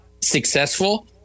successful